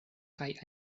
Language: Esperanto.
kaj